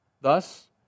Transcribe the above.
Thus